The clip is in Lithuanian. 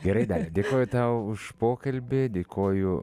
gerai dėkoju tau už pokalbį dėkoju